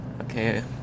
Okay